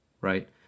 right